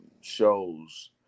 shows